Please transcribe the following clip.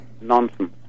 nonsense